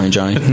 Johnny